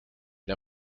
der